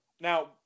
Now